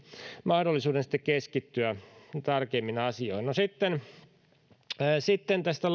mahdollisuuden sitten keskittyä tarkemmin asioihin sitten sitten tästä